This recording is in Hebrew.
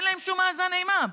אין להם שום מאזן אימה.